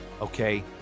okay